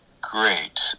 great